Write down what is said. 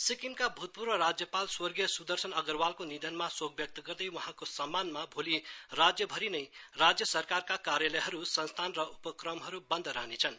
सिक्किम भूतपूर्व राज्यपाल स्व सुदर्शन अगरवालको निधनमा शोक व्यक्त गर्दै वहाँको सम्मानमा भोलि राज्यभरि राज्य सरकारका कार्यलयहरू संस्थान र उपक्रमहरू बन्द रहनेछन्